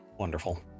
wonderful